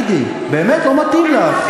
באמת, לא מתאים לך.